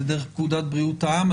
זה דרך פקודת בריאות העם,